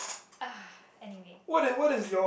ah anyway